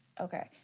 Okay